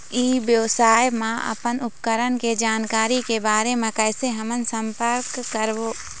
ई व्यवसाय मा अपन उपकरण के जानकारी के बारे मा कैसे हम संपर्क करवो?